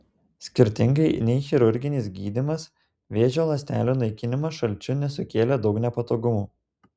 skirtingai nei chirurginis gydymas vėžio ląstelių naikinimas šalčiu nesukėlė daug nepatogumų